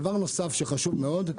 דבר נוסף וחשוב מאוד,